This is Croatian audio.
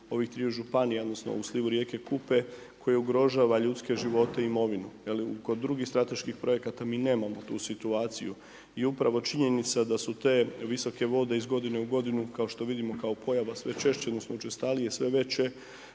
ovih triju županija odnosno u slivu rijeke Kupe koji ugrožava ljudske živote i imovinu, je li. Kod drugih strateških projekata mi nemamo tu situaciju. I upravo činjenica da su te visoke vode iz godine u godinu, kao što vidimo, kao pojava sve češće odnosno učestalije sve veće,